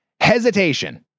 hesitation